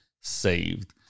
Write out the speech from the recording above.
saved